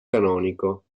canonico